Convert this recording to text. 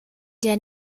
der